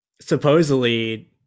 supposedly